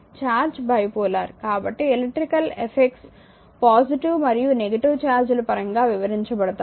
కాబట్టి charge bipolar కాబట్టి electrical effects positive మరియు నెగిటివ్ ఛార్జీల పరంగా వివరించబడతాయి